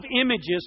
images